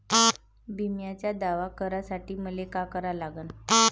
बिम्याचा दावा करा साठी मले का करा लागन?